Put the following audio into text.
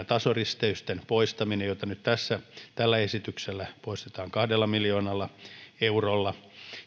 tasoristeysten poistaminen nyt tällä esityksellä niitä poistetaan kahdella miljoonalla eurolla